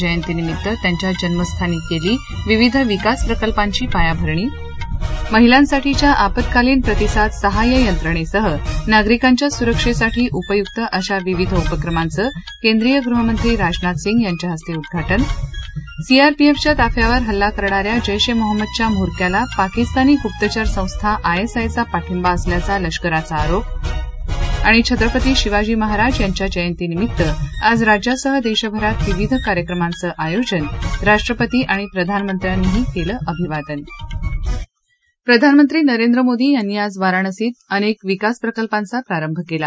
जयंतीनिमित्त त्यांच्या जन्मस्थानी केली विविध विकास प्रकल्पांची पायाभरणी महिलांसाठीच्या आपत्कालीन प्रतिसाद सहाय्य यंत्रणेसह नागरिकांच्या सुरक्षेसाठी उपयुक्त अशा विविध उपक्रमांचं केंद्रीय गृहमंत्री राजनाथ सिंह यांच्या हस्ते उद्धा जि सीआरपीएफच्या ताफ्यावर हल्ला करणाऱ्या जैश ए मोहम्मदच्या म्होरक्याला पाकिस्तानी गुप्पचर संस्था आयएसआयचा पाठिंबा असल्याचा लष्कराचा आरोप छत्रपती शिवाजी महाराज यांच्या जयंतीनिमित्त आज राज्यासह देशभरात विविध कार्यक्रमांचं आयोजन राष्ट्रपती आणि प्रधानमंत्र्यांनीही केलं अभिवादन प्रधानमंत्री नरेंद्र मोदी यांनी आज वाराणसीत अनेक विकास प्रकल्पांचा प्रारंभ केला